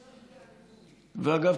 ואגב,